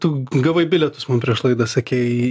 tu gavai bilietus man prieš laidą sakei